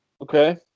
Okay